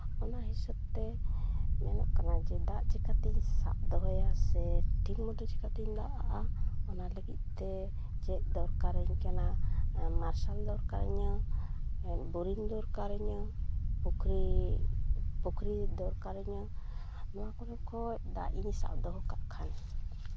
ᱚᱱᱟ ᱦᱤᱥᱟᱹᱵᱛᱮ ᱢᱮᱱᱚᱜ ᱠᱟᱱᱟ ᱡᱮ ᱫᱟᱜ ᱪᱤᱠᱟᱹᱛᱤᱧ ᱥᱟᱵ ᱫᱚᱦᱚᱭᱟ ᱥᱮ ᱴᱷᱤᱠ ᱢᱚᱛᱳ ᱪᱤᱠᱟᱹ ᱛᱤᱧ ᱫᱟᱜ ᱟᱜᱼᱟ ᱚᱱᱟ ᱞᱟᱹᱜᱤᱫ ᱛᱮ ᱪᱮᱫ ᱫᱚᱨᱠᱟᱨᱤᱧ ᱠᱟᱱᱟ ᱢᱟᱨᱥᱟᱞ ᱫᱚᱨᱠᱟᱨᱤᱧᱟᱹ ᱵᱳᱨᱤᱝ ᱫᱚᱨᱠᱟᱨ ᱤᱧᱟᱹ ᱯᱩᱡᱷᱨᱤ ᱯᱩᱡᱷᱨᱤ ᱫᱚᱨᱠᱟᱨᱤᱧᱟᱹ ᱱᱚᱣᱟ ᱠᱚᱨᱮ ᱠᱷᱚᱡ ᱫᱟᱜ ᱤᱧ ᱥᱟᱵ ᱫᱚᱦᱚ ᱠᱟᱜ ᱠᱷᱟᱱ